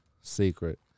secret